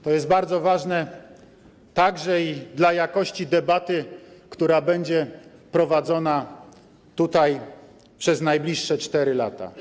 To jest bardzo ważne także i dla jakości debaty, która będzie prowadzona tutaj przez najbliższe 4 lata.